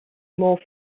more